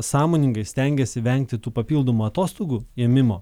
sąmoningai stengiasi vengti tų papildomų atostogų ėmimo